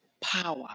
power